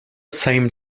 same